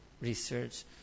research